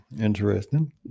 Interesting